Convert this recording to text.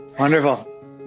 Wonderful